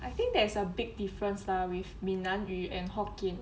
I think there's a big difference lah with 闽南语 and hokkien